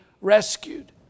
rescued